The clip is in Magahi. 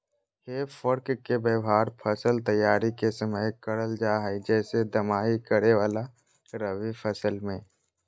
हे फोर्क के व्यवहार फसल तैयारी के समय करल जा हई, जैसे दमाही करे वाला रवि फसल मे